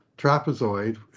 Trapezoid